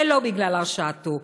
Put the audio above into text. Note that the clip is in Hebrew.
ולא בגלל הרשעתו.